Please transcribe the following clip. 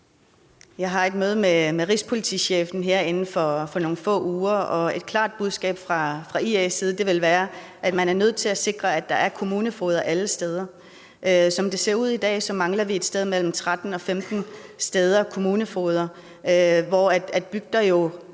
Jeg har et møde med rigspolitichefen her inden for nogle få uger, og et klart budskab fra IA's side vil være, at man er nødt til at sikre, at der er kommunefogeder alle steder. Som det ser ud i dag, mangler vi kommunefogeder på mellem 13 og 15 steder, hvor det er